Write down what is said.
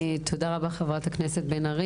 תודה רבה חברת הכנסת בן ארי.